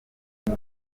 ati